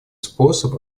способ